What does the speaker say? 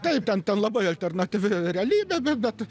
taip ten ten labai alternatyvi realybė bet